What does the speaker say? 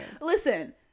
Listen